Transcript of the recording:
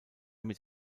mit